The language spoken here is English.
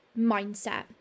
mindset